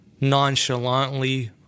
nonchalantly